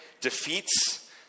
defeats